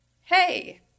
hey